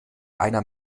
einer